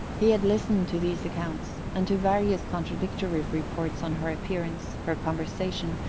he had listened to these accounts, and to various contradictory reports on her appearance, her conversation,